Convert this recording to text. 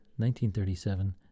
1937